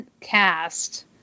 cast